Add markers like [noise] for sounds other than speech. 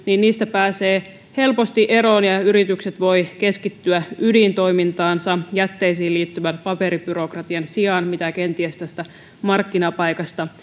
pääsee helposti eroon ja ja yritykset voivat keskittyä ydintoimintaansa jätteisiin liittyvän paperibyrokratian sijaan mitä kenties tästä markkinapaikasta [unintelligible]